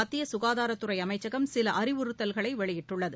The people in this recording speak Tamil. மத்தியசுகாதாரத் துறைஅமைச்சகம் சிலஅறிவுறுத்தல்களைவெளியிட்டுள்ளது